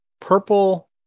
purple